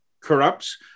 corrupts